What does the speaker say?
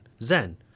Zen